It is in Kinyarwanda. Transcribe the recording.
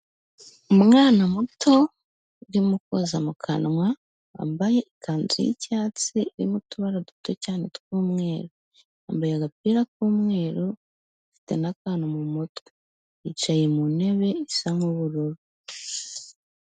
Umwana muto urimo koza mu kanwa wambaye ikanzu y'icyatsi irimo utubara duto cyane tw'umweru, yambaye agapira k'umweru afite n'akantu mu mutwe, yicaye mu ntebe isa nk'ubururu.